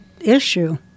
issue